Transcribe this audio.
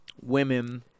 women